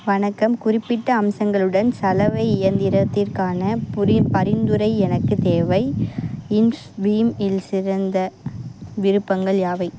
வணக்கம் குறிப்பிட்ட அம்சங்களுடன் சலவை இயந்திரத்திற்கான புரி பரிந்துரை எனக்கு தேவை இன்ஃபீம் இல் சிறந்த விருப்பங்கள் யாவை